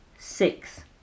six